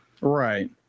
right